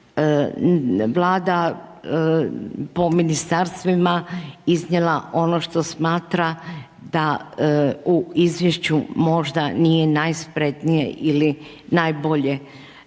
vlada po ministarstvima iznijela ono što smatra da u izvješću možda nije najspretnije ili najbolje